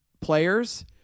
players